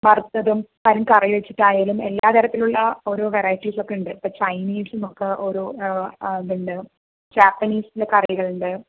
വറുത്തതും ആ കറി വെച്ചതായാലും എല്ലാ തരത്തിലുമുള്ള ഓരോ വെറൈറ്റിസ് ഓക്കേയുണ്ട് ഇപ്പോൾ ചൈനീസും ഒക്കെ ഓരോ അതുണ്ട് ജാപനീസിൻ്റെ കറികൾ ഉണ്ട്